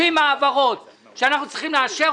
60 העברות שאנחנו צריכים לאשר.